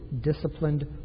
disciplined